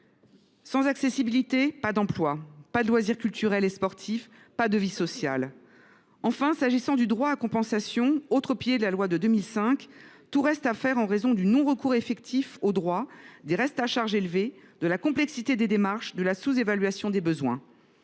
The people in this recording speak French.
Sans accessibilité, pas d’emploi, pas de loisirs culturels ou sportifs, pas de vie sociale. Enfin, s’agissant du droit à compensation, autre pilier de la loi de 2005, tout reste à faire en raison du non recours effectif aux droits, des restes à charge élevés, de la complexité des démarches et de la sous évaluation des besoins.